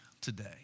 today